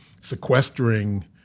sequestering